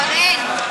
שַרֵן.